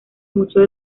muchos